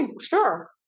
sure